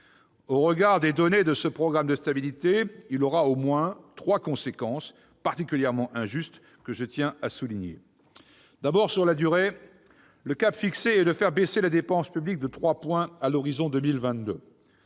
Au regard des données de ce programme de stabilité, il aura, au moins, trois conséquences- particulièrement injustes -que je tiens à souligner. Premier point, sur la durée, le cap fixé est de faire baisser la dépense publique de 3 points à l'horizon de 2022.